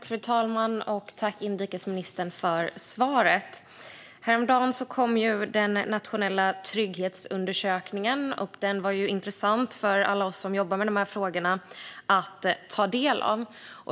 Fru talman! Tack, inrikesministern, för svaret! Häromdagen kom den nationella trygghetsundersökningen, och den var intressant för alla oss som jobbar med dessa frågor att ta del av.